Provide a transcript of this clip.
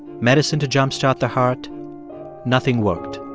medicine to jumpstart the heart nothing worked.